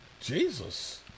Jesus